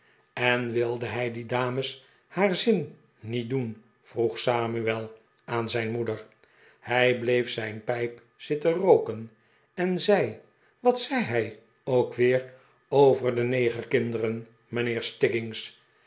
en wilde hij die dames haar zin niet doen vroeg samuel aan zijn moeder hij bleef zijn pijp zitten rooken en zei wat zei hij ook weer over de negerkinderen mijnheer